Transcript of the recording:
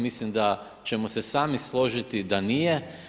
Mislim da ćemo se sami složiti da nije.